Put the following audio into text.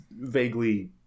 vaguely